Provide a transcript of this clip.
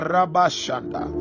Rabashanda